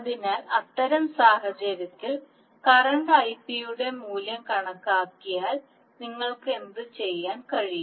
അതിനാൽ അത്തരം സാഹചര്യത്തിൽ കറണ്ട് Ipയുടെ മൂല്യം കണക്കാക്കിയാൽ നിങ്ങൾക്ക് എന്തുചെയ്യാൻ കഴിയും